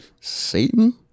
Satan